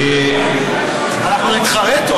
אמרנו לו, אנחנו תומכים.